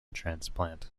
transplant